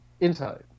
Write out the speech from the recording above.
Inside